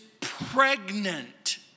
pregnant